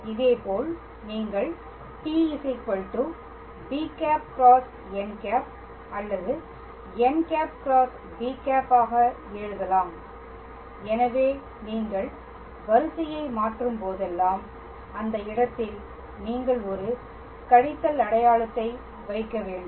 இதேபோல் நீங்கள் t b̂ × n̂ அல்லது n̂ × b̂ ஆக எழுதலாம் எனவே நீங்கள் வரிசையை மாற்றும் போதெல்லாம் அந்த இடத்தில் நீங்கள் ஒரு கழித்தல் அடையாளத்தை வைக்க வேண்டும்